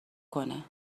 کنه